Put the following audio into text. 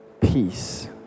Peace